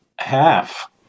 half